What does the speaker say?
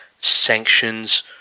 sanctions